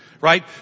right